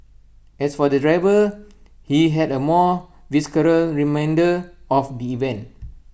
as for the driver he had A more visceral reminder of the event